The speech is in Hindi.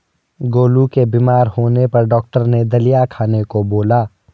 गोलू के बीमार होने पर डॉक्टर ने दलिया खाने का बोला